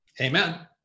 Amen